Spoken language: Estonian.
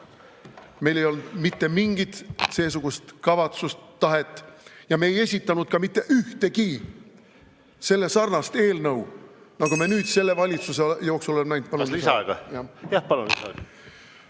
Meil ei olnud mitte mingit seesugust kavatsust, tahet ja me ei esitanud mitte ühtegi sellesarnast eelnõu, nagu me nüüd selle valitsuse jooksul oleme näinud.